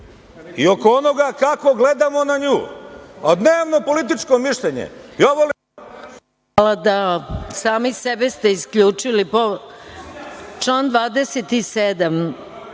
i oko onoga kako gledamo na nju. A dnevno-političko mišljenje…